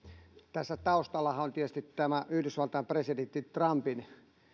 tässä taustallahan on tietysti tämä yhdysvaltain presidentti trumpin